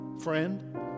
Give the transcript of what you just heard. friend